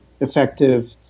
effective